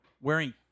wearing